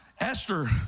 Esther